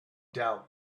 doubt